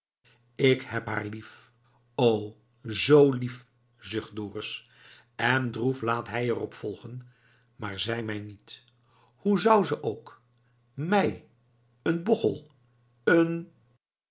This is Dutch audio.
k heb haar lief o zoo lief zucht dorus en droef laat hij er op volgen maar zij mij niet hoe zou ze ook mij een bochel een